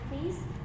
please